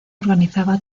organizaba